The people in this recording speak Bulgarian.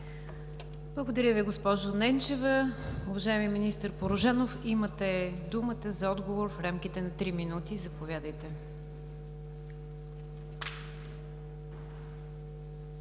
Благодаря Ви, госпожо Ненчева. Уважаеми министър Порожанов, имате думата за отговор в рамките на три минути. Заповядайте.